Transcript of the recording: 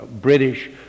British